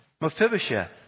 Mephibosheth